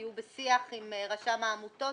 שתהיו בשיח עם רשם העמותות,